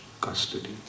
custody